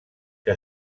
que